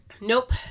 Nope